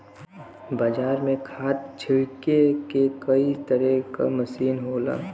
बाजार में खाद छिरके के कई तरे क मसीन होला